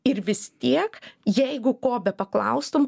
ir vis tiek jeigu ko bepaklaustum